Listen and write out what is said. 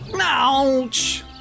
Ouch